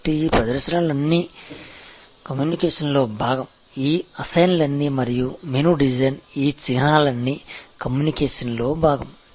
కాబట్టి ఈ ప్రదర్శనలు అన్నీ కమ్యూనికేషన్లో భాగం ఈ అసైన్లన్నీ మరియు మెనూ డిజైన్ ఈ చిహ్నాలన్నీ కమ్యూనికేషన్లో భాగం